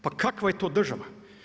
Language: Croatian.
Pa kakva je to država?